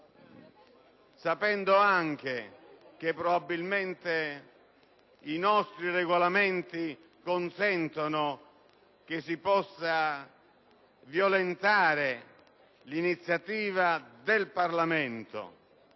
sapendo anche che probabilmente i nostri Regolamenti consentono che si possa violentare l'iniziativa del Parlamento.